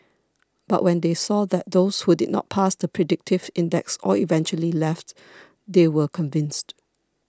but when they saw that those who did not pass the predictive index all eventually left they were convinced